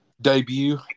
debut